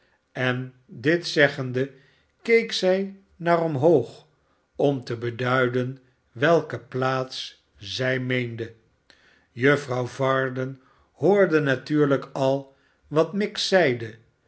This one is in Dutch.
en dit zeggende keek zij naar omhoog om te beduiden welke plaats zij meende juffrouw varden hoorde natuurlijk al wat miggs zeide